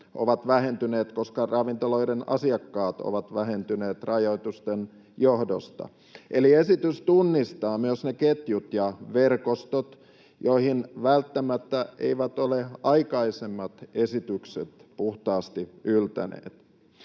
ovat vähentyneet, koska ravintoloiden asiakkaat ovat vähentyneet rajoitusten johdosta, eli esitys tunnistaa myös ne ketjut ja verkostot, joihin aikaisemmat esitykset välttämättä eivät ole puhtaasti yltäneet.